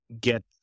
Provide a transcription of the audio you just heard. get